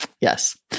yes